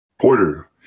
Porter